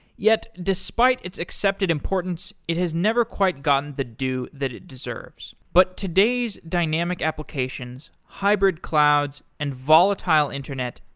yet, despite its accepted importance, it has never quite gotten the due that it deserves. but today's dynamic applications, hybrid clouds and volatile internet,